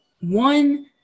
one